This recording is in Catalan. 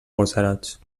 agosarats